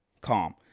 calm